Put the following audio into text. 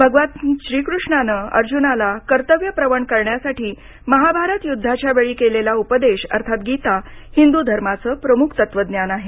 भगवान श्रीकृष्णाने अर्जुनाला कर्तव्य प्रवण करण्यासाठी महाभारत युद्धाच्या वेळी केलेला उपदेश अर्थात गीता हिंदू धर्माचे प्रमुख तत्वज्ञान आहे